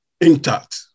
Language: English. intact